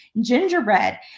gingerbread